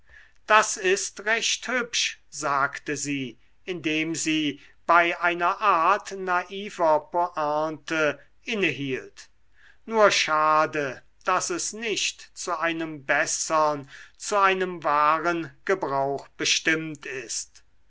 das ist recht hübsch sagte sie indem sie bei einer art naiver pointe inne hielt nur schade daß es nicht zu einem bessern zu einem wahren gebrauch bestimmt ist